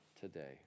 today